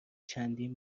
چندین